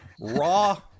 Raw